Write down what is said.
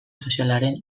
sozialaren